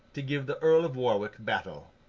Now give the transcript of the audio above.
to give the earl of warwick battle.